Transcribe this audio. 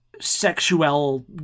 sexual